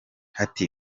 ati